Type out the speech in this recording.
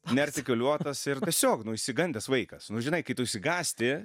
neartikuliuotas ir tiesiog nu išsigandęs vaikas nu žinai kai tu išsigąsti